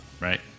Right